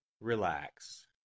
Relax